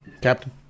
Captain